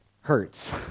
hurts